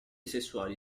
sessuali